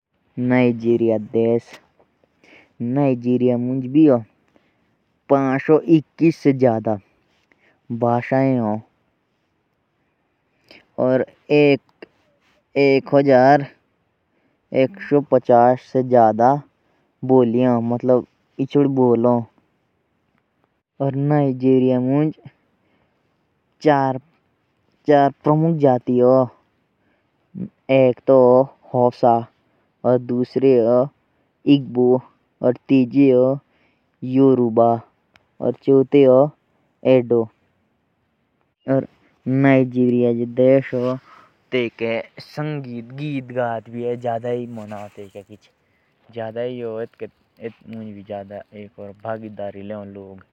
नाइजीरिया में पाँच सौ इक्कीस भाषाएं हैं। और वहाँ चार प्रमुख जातियां हैं और वहाँ गीत भी ज़्यादा मानते हैं।